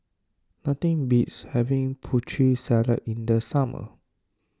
nothing beats having Putri Salad in the summer